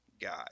guy